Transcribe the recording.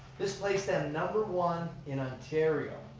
this placed them number one in ontario.